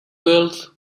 wells